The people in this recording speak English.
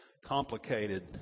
complicated